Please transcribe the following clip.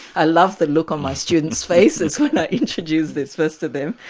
i love the look on my students' faces when i introduce this first to them.